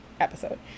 episode